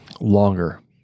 longer